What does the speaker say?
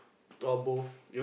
or both